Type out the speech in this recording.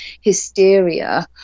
hysteria